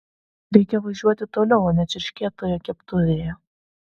reikia važiuoti toliau o ne čirškėt toje keptuvėje